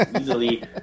easily